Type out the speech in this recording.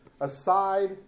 aside